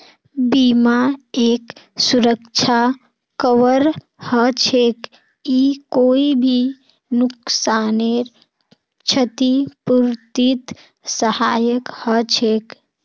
बीमा एक सुरक्षा कवर हछेक ई कोई भी नुकसानेर छतिपूर्तित सहायक हछेक